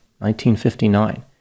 1959